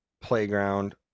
playground